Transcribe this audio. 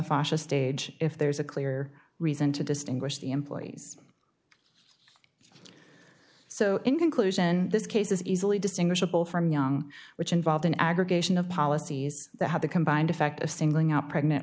fascia stage if there's a clear reason to distinguish the employee's so in conclusion this case is easily distinguishable from young which involved an aggregation of policies that have the combined effect of singling out pregnant